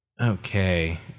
okay